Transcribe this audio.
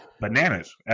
bananas